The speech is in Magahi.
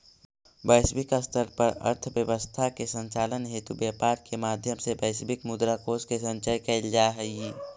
वैश्विक स्तर पर अर्थव्यवस्था के संचालन हेतु व्यापार के माध्यम से वैश्विक मुद्रा कोष के संचय कैल जा हइ